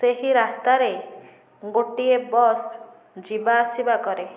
ସେହି ରାସ୍ତାରେ ଗୋଟିଏ ବସ ଯିବାଆସିବା କରେ